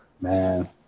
Man